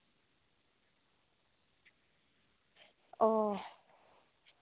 ᱚᱸᱻ